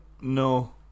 No